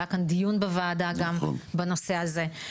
היה פה דיון בוועדה גם בנושא הזה.